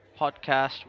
podcast